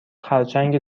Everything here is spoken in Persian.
خرچنگ